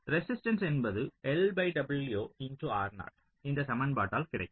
resistance என்பது இந்த சமன்பாட்டால் கிடைக்கும்